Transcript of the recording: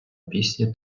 пісні